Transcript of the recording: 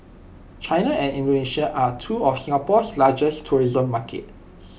China and Indonesia are two of Singapore's largest tourism markets